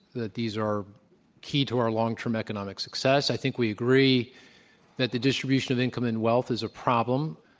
that these are key to our long term economic success. i think we agree that the distribution of income and wealth is a problem,